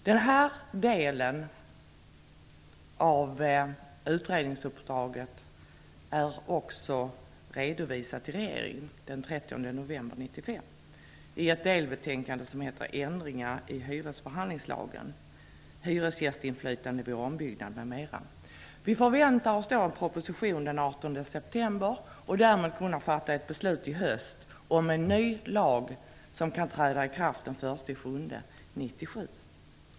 Denna del av utredningsuppdraget har också redovisats för regeringen - den Ändringar i hyresförhandlingslagen: hyresgästinflytande vid ombyggnad m.m. Vi förväntar oss en proposition den 18 september. Därmed skall vi kunna fatta beslut i höst om en ny lag som kan träda i kraft den 1 juli 1997.